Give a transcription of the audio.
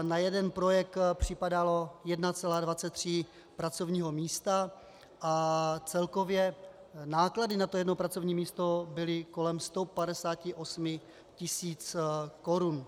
Na jeden projekt připadalo 1,23 pracovního místa a celkově náklady na jedno pracovní místo byly kolem 158 tisíc korun.